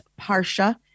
Parsha